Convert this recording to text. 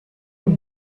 woot